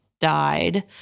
died